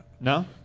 No